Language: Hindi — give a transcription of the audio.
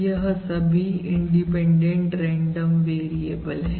यह सभी इंडिपेंडेंट रेंडम वेरिएबल है